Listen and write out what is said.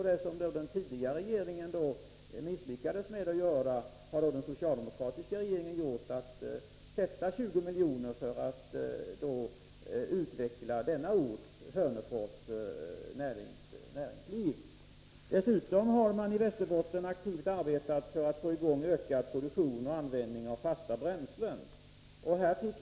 Det som den tidigare regeringen misslyckades med att göra har alltså den socialdemokratiska regeringen lyckats med. 20 milj.kr. har således avsatts för att utveckla denna orts näringsliv. Dessutom har man i Västerbotten aktivt arbetat för att få i gång ökad produktion och användning av fasta bränslen.